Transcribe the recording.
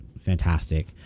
fantastic